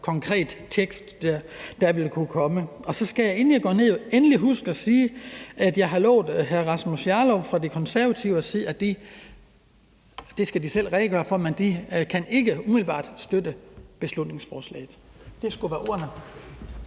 konkret tekst, der vil kunne komme. Så skal jeg, inden jeg går ned fra talerstolen, endelig også huske at sige, at jeg har lovet hr. Rasmus Jarlov fra De Konservative at sige – det skal de dog selv redegøre nærmere for – at de ikke umiddelbart kan støtte beslutningsforslaget. Det skulle være ordene.